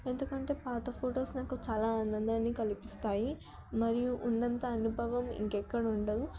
ఎందుకంటే పాత ఫోటోస్ నాకు చాలా ఆనందాన్ని కల్పిస్తాయి మరియు ఉన్నంత అనుభవం ఇంకెక్కడ ఉండదు